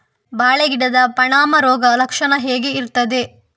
ಬಾಳೆ ಗಿಡದ ಪಾನಮ ರೋಗ ಲಕ್ಷಣ ಹೇಗೆ ಇರ್ತದೆ?